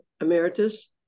emeritus